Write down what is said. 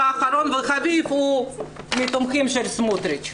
אחרון וחביב הוא מהתומכים של סמוטריץ'.